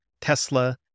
Tesla